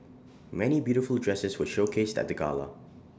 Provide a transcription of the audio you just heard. many beautiful dresses were showcased at the gala